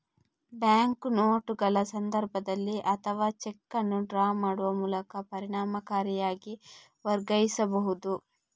bank ನೋಟುಗಳ ಸಂದರ್ಭದಲ್ಲಿ ಅಥವಾ ಚೆಕ್ ಅನ್ನು ಡ್ರಾ ಮಾಡುವ ಮೂಲಕ ಪರಿಣಾಮಕಾರಿಯಾಗಿ ವರ್ಗಾಯಿಸಬಹುದು